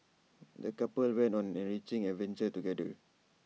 the couple went on an enriching adventure together